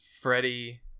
Freddie